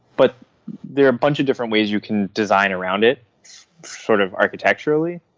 but there are a bunch of different ways you can design around it sort of architecturally.